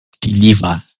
Deliver